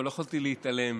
אבל לא יכולתי להתעלם